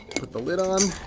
put the lid on.